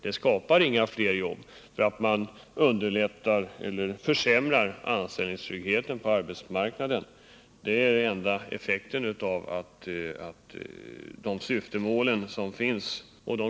Man skapar inte fler arbetstillfällen genom att försämra anställningstryggheten på arbetsmarknaden, och det är den enda effekt som dessa provanställningar har.